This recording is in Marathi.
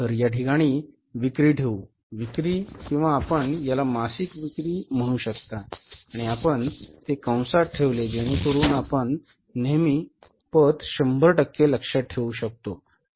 तर या ठिकाणी विक्री ठेवू विक्री किंवा आपण याला मासिक विक्री म्हणू शकता आणि आपण ते कंसात ठेवले जेणेकरुन आपण नेहमी पत 100 लक्षात ठेवू शकतो